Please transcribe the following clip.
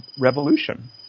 revolution